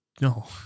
No